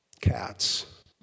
cats